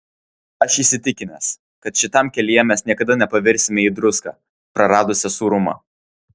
aš įsitikinęs kad šitam kelyje mes niekada nepavirsime į druską praradusią sūrumą